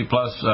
Plus